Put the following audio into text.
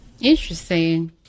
Interesting